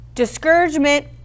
Discouragement